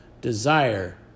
desire